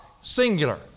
singular